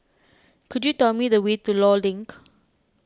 could you tell me the way to Law Link